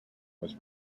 was